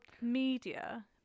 media